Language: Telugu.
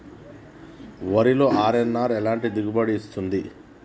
వరిలో అర్.ఎన్.ఆర్ ఎలాంటి దిగుబడి ఇస్తుంది?